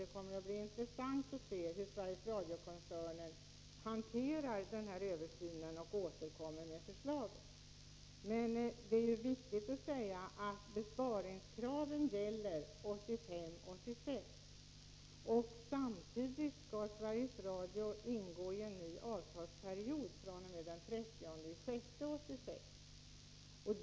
Det skall bli intressant att se hur Sveriges Radio-koncernen hanterar denna översyn när man återkommer med förslaget. Men det är viktigt att säga att besparingskraven gäller 1985/86. Sveriges Radio skall gå in i en ny avtalsperiod från den 30 juni 1986.